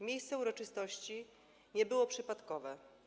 Miejsce uroczystości nie było przypadkowe.